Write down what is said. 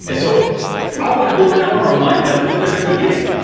and so i wanna go in, i wanna remind them what they're gonna be getting.